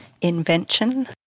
invention